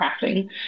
crafting